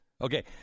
Okay